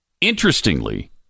interestingly